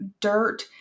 dirt